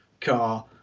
car